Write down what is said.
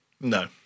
No